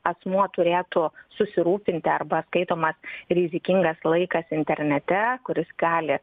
asmuo turėtų susirūpinti arba skaitomas rizikingas laikas internete kuris gali